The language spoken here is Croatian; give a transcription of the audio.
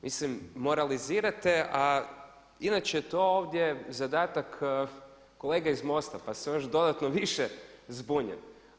Mislim moralizirate a inače je to ovdje zadatak kolega iz MOST-a pa sam još dodatno više zbunjen.